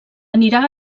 anirà